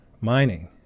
mining